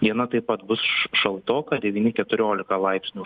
dieną taip pat bus šaltoka devyni keturiolika laipsnių